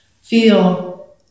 feel